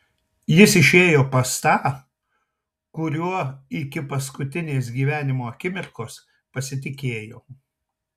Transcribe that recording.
jis išėjo pas tą kuriuo iki paskutinės gyvenimo akimirkos pasitikėjo